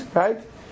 right